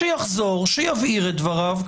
שיבהיר את דבריו.